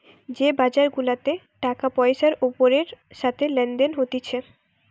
যে বাজার গুলাতে টাকা পয়সার ওপরের সাথে লেনদেন হতিছে